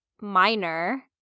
minor